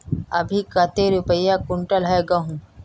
अभी कते रुपया कुंटल है गहुम?